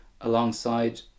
alongside